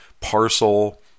parcel